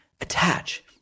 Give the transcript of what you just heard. attach